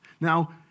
Now